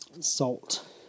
Salt